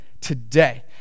today